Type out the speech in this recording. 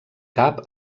cap